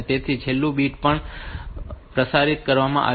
તેથી ત્યાં છેલ્લું બીટ પણ પ્રસારિત કરવામાં આવ્યું છે